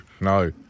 no